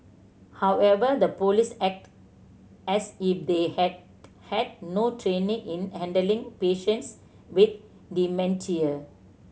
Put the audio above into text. however the police acted as if they had had no training in handling patients with dementia